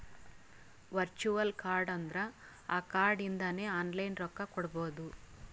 virtual card ಅಂದುರ್ ಆ card ಇಂದಾನೆ ಆನ್ಲೈನ್ ರೊಕ್ಕಾ ಕೊಡ್ಬೋದು